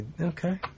Okay